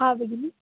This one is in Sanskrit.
हा भगिनि